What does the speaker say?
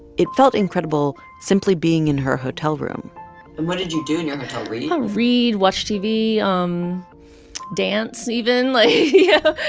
it felt incredible simply being in her hotel room and what did you do hotel read? read, watch tv, um dance, even. like yeah.